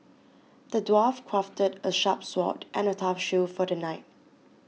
the dwarf crafted a sharp sword and a tough shield for the knight